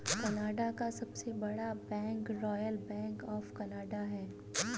Canada का सबसे बड़ा bank Royal Bank of Canada है